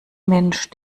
mensch